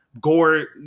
Gore